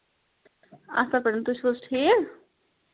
اَصٕل پٲٹھۍ تُہۍ چھِو حظ ٹھیٖک